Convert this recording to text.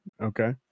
Okay